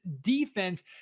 defense